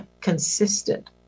consistent